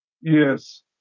Yes